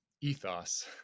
ethos